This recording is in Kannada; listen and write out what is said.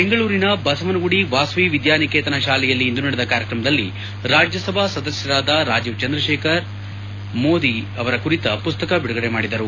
ಬೆಂಗಳೂರಿನ ಬಸವನಗುಡಿ ವಾಸವಿ ವಿದ್ಯಾನಿಕೇತನ ಶಾಲೆಯಲ್ಲಿ ಇಂದು ನಡೆದ ಕಾರ್ಯಕ್ರಮದಲ್ಲಿ ರಾಜ್ಯಸಭಾ ಸದಸ್ಯರಾದ ರಾಜೀವ್ ಚಂದ್ರಶೇಖರ್ ಮೋದಿ ಅವರ ಕುರಿತು ಪುಸ್ತಕ ಬಿಡುಗಡೆ ಮಾಡಿದರು